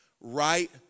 Right